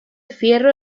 fierro